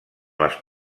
les